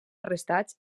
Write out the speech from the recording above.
arrestats